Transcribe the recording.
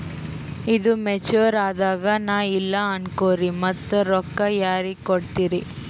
ಈದು ಮೆಚುರ್ ಅದಾಗ ನಾ ಇಲ್ಲ ಅನಕೊರಿ ಮತ್ತ ರೊಕ್ಕ ಯಾರಿಗ ಕೊಡತಿರಿ?